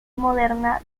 moderna